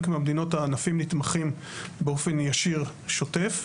מהמדינות הענפים נתמכים באופן ישיר ושוטף.